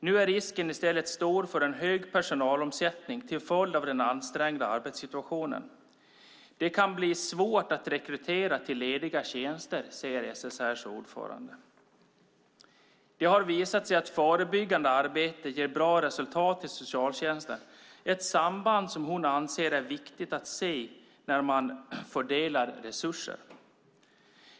Nu är risken i stället stor för en hög personalomsättning till följd av den ansträngda arbetssituationen. Det kan bli svårt att rekrytera till lediga tjänster, säger SSR:s ordförande. Det har visat sig att förebyggande arbete ger bra resultat i socialtjänsten. Det är ett samband som ordföranden anser är viktigt att se när man fördelar resurser.